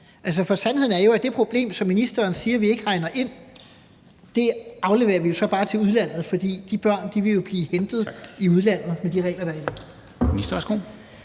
For sandheden er jo, at det problem, som ministeren siger vi ikke hegner ind, afleverer vi så bare til udlandet, for de børn vil jo blive hentet i udlandet med de regler, der er nu.